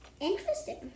interesting